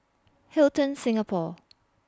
Hilton Singapore